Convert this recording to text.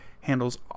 handles